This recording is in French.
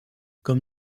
comme